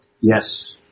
Yes